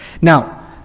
Now